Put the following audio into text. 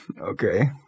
okay